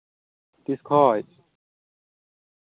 ᱛᱤᱥ ᱠᱷᱚᱱ